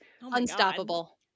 unstoppable